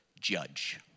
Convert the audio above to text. judge